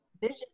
vision